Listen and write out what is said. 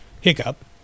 hiccup